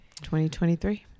2023